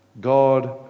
God